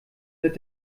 mit